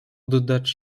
oddać